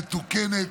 מתוקנת,